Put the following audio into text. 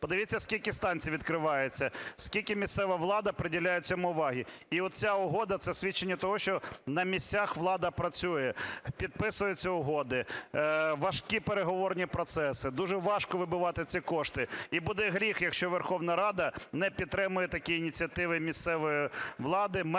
Подивіться, скільки станцій відкривається, скільки місцева влада приділяє цьому уваги. І от ця угода - це свідчення того - на місцях влада працює, підписуються угоди. Важкі переговорні процеси, дуже важко вибивати ці кошти. І буде гріх, якщо Верховна Рада не підтримає такі ініціативи місцевої влади, мера